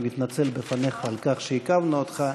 אני מתנצל בפניך על כך שעיכבנו אותך.